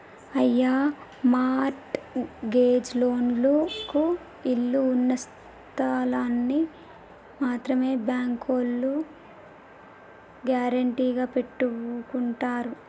అయ్యో mortgage లోన్లకు ఇళ్ళు ఉన్నస్థలాల్ని మాత్రమే బ్యాంకోల్లు గ్యారెంటీగా పెట్టుకుంటారు